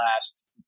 last